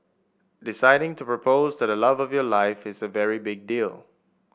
deciding to propose to the love of your life is a very big deal